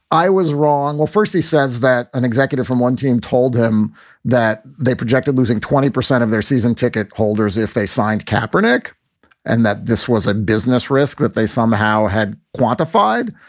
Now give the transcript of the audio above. i was wrong. well, first, he says that an executive from one team told him that they projected losing twenty percent of their season ticket holders if they signed kapre neck and that this was a business risk that they somehow had quantified.